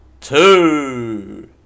two